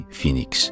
,Phoenix